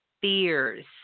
fears